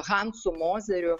hansu mozeriu